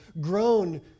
Grown